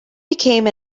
become